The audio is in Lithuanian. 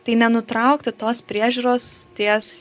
tai nenutraukti tos priežiūros ties